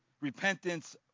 Repentance